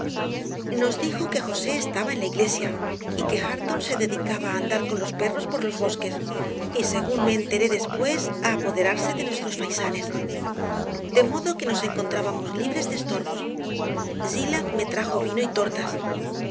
nos dijo que josé estaba en la iglesia y que hareton se dedicaba a andar con los perros por los bosques y según me enteré después a apoderarse de nuestros faisanes de modo que nos encontrábamos libres de estorbos zillah me trajo vino y tortas